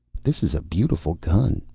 this is a beautiful gun,